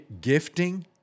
gifting